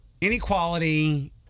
Inequality